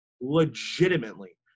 legitimately